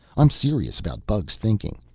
i'm serious about bugs thinking.